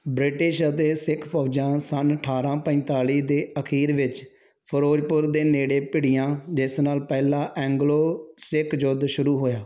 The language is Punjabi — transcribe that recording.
ਬ੍ਰਿਟਿਸ਼ ਅਤੇ ਸਿੱਖ ਫੌਜਾਂ ਸੰਨ ਅਠਾਰਾਂ ਪੰਤਾਲੀ ਦੇ ਅਖੀਰ ਵਿੱਚ ਫਿਰੋਜ਼ਪੁਰ ਦੇ ਨੇੜੇ ਭਿੜੀਆਂ ਜਿਸ ਨਾਲ ਪਹਿਲਾ ਐਂਗਲੋ ਸਿੱਖ ਯੁੱਧ ਸ਼ੁਰੂ ਹੋਇਆ